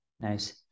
Nice